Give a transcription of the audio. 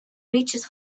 reaches